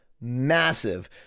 massive